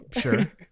sure